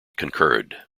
concurred